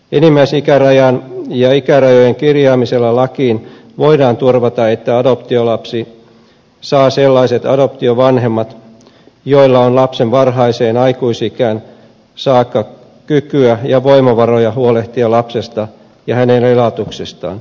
enimmäisikärajan ja ikärajojen kirjaamisella lakiin voidaan turvata että adoptiolapsi saa sellaiset adoptiovanhemmat joilla on lapsen varhaiseen aikuisikään saakka kykyä ja voimavaroja huolehtia lapsesta ja hänen elatuksestaan